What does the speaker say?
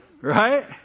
right